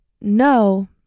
no